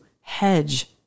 hedge